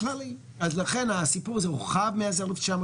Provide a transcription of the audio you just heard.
הכלכלנים כבר מזמן דיברו על התופעה המצערת